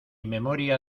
memoria